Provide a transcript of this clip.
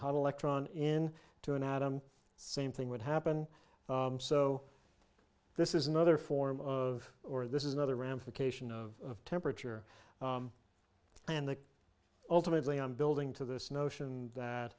hot electron in to an atom same thing would happen so this is another form of or this is another ramification of temperature and that ultimately i'm building to this notion that